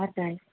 हजुर